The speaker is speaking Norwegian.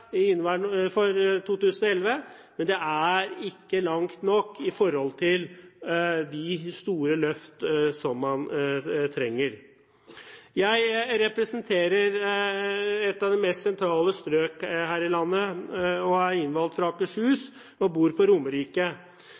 for 2011, men det er ikke nok i forhold til de store løft som man trenger. Jeg representerer et av de mest sentrale strøk her i landet, er innvalgt fra Akershus og bor på Romerike.